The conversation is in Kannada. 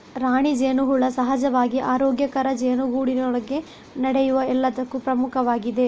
ರಾಣಿ ಜೇನುಹುಳ ಸಹಜವಾಗಿ ಆರೋಗ್ಯಕರ ಜೇನುಗೂಡಿನೊಳಗೆ ನಡೆಯುವ ಎಲ್ಲದಕ್ಕೂ ಪ್ರಮುಖವಾಗಿದೆ